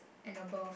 and above